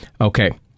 Okay